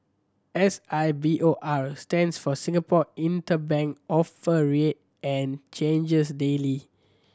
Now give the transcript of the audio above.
S I B O R stands for Singapore Interbank Offer Rate and changes daily